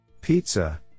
Pizza